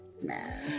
smash